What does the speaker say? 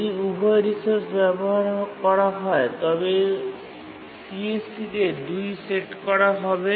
যদি উভয় রিসোর্স ব্যবহার করা হয় তবে CSC তে ২ সেট করা হবে